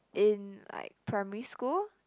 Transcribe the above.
in like primary school